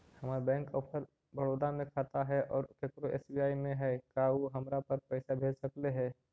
हमर bank of Baroda में खाता है और केकरो एस.बी.आई में है का उ हमरा पर पैसा भेज सकले हे?